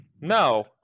No